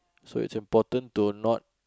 so it's important to not